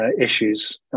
issues